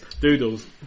Doodles